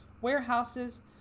warehouses